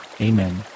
Amen